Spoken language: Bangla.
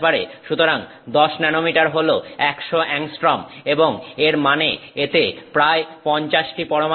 সুতরাং 10 ন্যানোমিটার হল 100 অ্যাংস্ট্রম এবং এর মানে এতে প্রায় 50 টি পরমাণু আছে